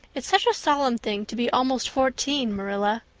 it's such a solemn thing to be almost fourteen, marilla.